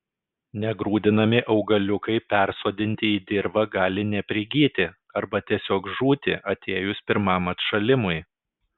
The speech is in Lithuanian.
negrūdinami augaliukai persodinti į dirvą gali neprigyti arba tiesiog žūti atėjus pirmam atšalimui